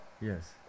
Yes